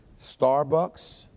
starbucks